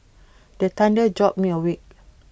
the thunder jolt me awake